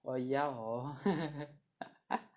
oh ya hor